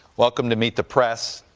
welcome to meet the press.